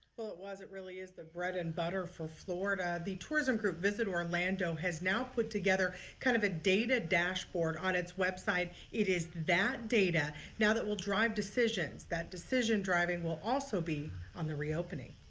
well it wasn't really is the bread and butter for florida and the tourism group visit orlando has now put together kind of a dated dashboard on its website. it is that data now that will drive decisions that decision driving will also be on the reopening.